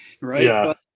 right